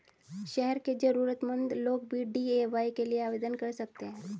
शहर के जरूरतमंद लोग भी डी.ए.वाय के लिए आवेदन कर सकते हैं